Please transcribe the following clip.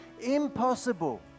impossible